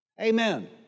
Amen